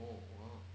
oh !wah!